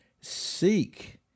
Seek